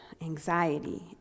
anxiety